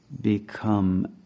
become